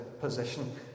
position